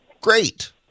Great